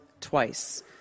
twice